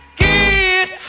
get